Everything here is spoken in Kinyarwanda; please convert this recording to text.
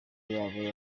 yabo